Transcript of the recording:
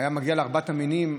היו מגיעים לארבעת המינים,